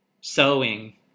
sewing